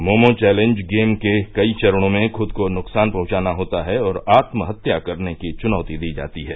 momo challenge game के कई चरणों में खुद को नुकसान पहुंचाना होता है और आत्महत्या करने की चुनौती दी जाती है